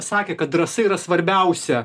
sakė kad drąsa yra svarbiausia